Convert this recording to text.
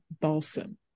Balsam